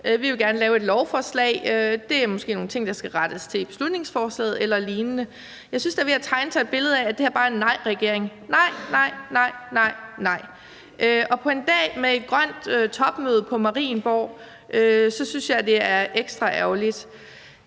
Vi vil gerne lave et lovforslag; der er måske nogle ting, der skal rettes til i beslutningsforslaget eller lignende. Jeg synes, der er ved at tegne sig et billede af, at det her bare er en nejregering: nej, nej, nej. På en dag med et grønt topmøde på Marienborg synes jeg, det er ekstra ærgerligt.